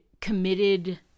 committed